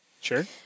Sure